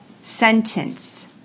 sentence